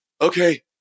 okay